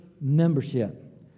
membership